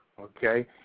okay